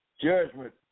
Judgment